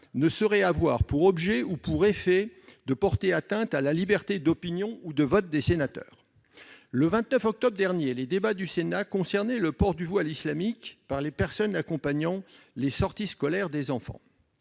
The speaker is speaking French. ne saurait avoir pour objet ou pour effet de porter atteinte à la liberté d'opinion et de vote des sénateurs. » Le 29 octobre dernier, les débats du Sénat concernaient le port du voile islamique par les personnes accompagnant les sorties scolaires des enfants.